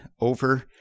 over